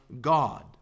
God